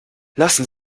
lassen